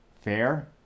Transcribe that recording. fair